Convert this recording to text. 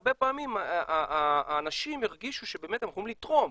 הרבה פעמים האנשים הרגישו שהם יכולים לתרום,